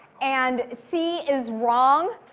and c is wrong.